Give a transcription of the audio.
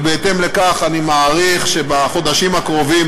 ובהתאם לכך אני מעריך שבחודשים הקרובים,